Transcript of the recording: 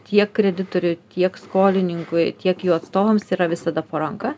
tiek kreditoriui tiek skolininkui tiek jų atstovams yra visada po ranka